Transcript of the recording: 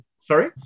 Sorry